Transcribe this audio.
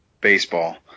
baseball